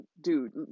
dude